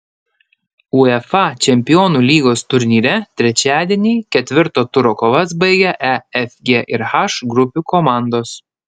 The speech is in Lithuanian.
uefa čempionų lygos turnyre trečiadienį ketvirto turo kovas baigė e f g ir h grupių komandos